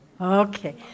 okay